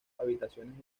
habitaciones